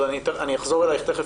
אני אחזור אלייך תכף,